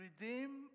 redeem